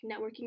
networking